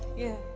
yeah.